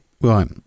right